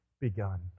begun